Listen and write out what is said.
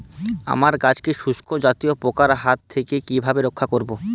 আমার গাছকে শঙ্কু জাতীয় পোকার হাত থেকে কিভাবে রক্ষা করব?